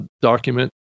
document